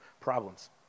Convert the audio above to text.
problems